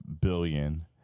billion